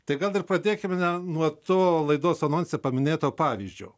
tai gal ir pradėkime nuo to laidos anonse paminėto pavyzdžio